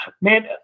Man